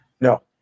No